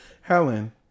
Helen